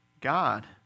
God